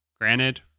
granted